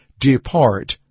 Depart